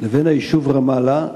לבין היישוב רמאללה,